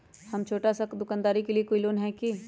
हम छोटा सा दुकानदारी के लिए कोई लोन है कि?